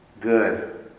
Good